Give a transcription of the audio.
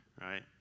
right